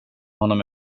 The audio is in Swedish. honom